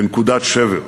לנקודת שבר.